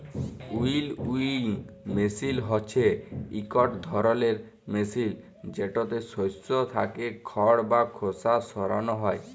উইলউইং মেসিল হছে ইকট ধরলের মেসিল যেটতে শস্য থ্যাকে খড় বা খোসা সরানো হ্যয়